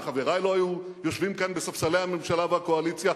וחברי לא היו יושבים כאן בספסלי הממשלה והקואליציה.